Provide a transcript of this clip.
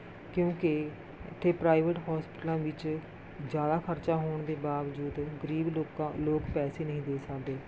ਕਿਉਂਕਿ ਇੱਥੇ ਪ੍ਰਾਈਵੇਟ ਹੋਸਪਿਟਲਾਂ ਵਿੱਚ ਜ਼ਿਆਦਾ ਖਰਚਾ ਹੋਣ ਦੇ ਬਾਵਜੂਦ ਗਰੀਬ ਲੋਕਾਂ ਲੋਕ ਪੈਸੇ ਨਹੀਂ ਦੇ ਸਕਦੇ